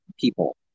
people